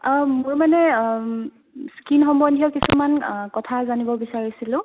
অ' মোৰ মানে স্কীন সম্বন্ধীয় কিছুমান কথা জানিব বিচাৰিছিলোঁ